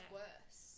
worse